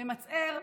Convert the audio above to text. למרבה הצער,